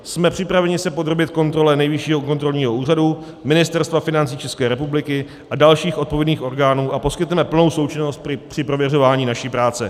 Jsme připraveni se podrobit kontrole Nejvyššího kontrolního úřadu, Ministerstva financí České republiky a dalších odpovědných orgánů a poskytneme plnou součinnost při prověřování naší práce.